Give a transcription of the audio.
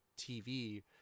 TV